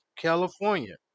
California